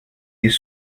des